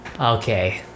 Okay